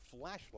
flashlight